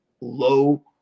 low